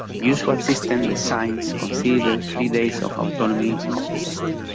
usual system the science can see there's three ways of autonomy of the system.